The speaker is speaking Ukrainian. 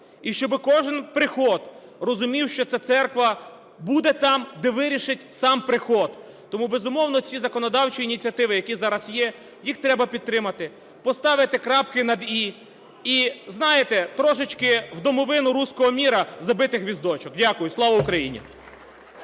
і щоби кожен приход розумів, що це церква буде там, де вирішить сам приход. Тому, безумовно, ці законодавчі ініціативи, які зараз є, їх треба підтримати, поставити крапки над "і", і, знаєте, трошечки в домовину "русского мира" забити гвіздочок. Дякую. Слава Україні!